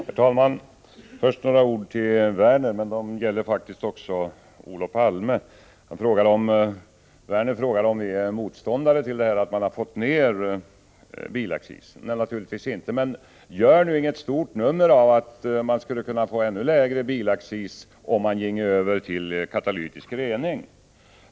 Herr talman! Först några ord till Lars Werner, men de gäller faktiskt också Olof Palme. Lars Werner frågade om vi är motståndare till att man har fått ned bilaccisen. Nej, naturligtvis inte. Men gör nu inget stort nummer av att man skulle kunna få ännu lägre bilaccis om man ginge över till katalytisk rening.